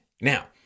Now